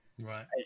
Right